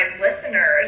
listeners